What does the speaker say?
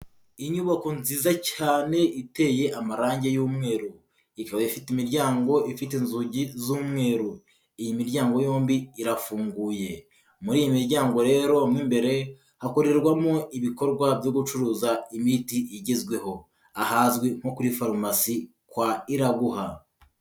Inyubako nziza cyane iteye amarange y'umweru, ikaba ifite imiryango ifite inzugi z'umweru, iyi miryango yombi irafunguye, muri iyi miryango rero mo imbere hakorerwamo ibikorwa byo gucuruza imiti igezweho ahazwi nko kuri farumasi kwa Iraguha.